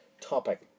topic